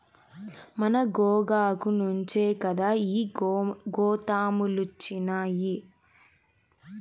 మన గోగాకు నుంచే కదా ఈ గోతాములొచ్చినాయి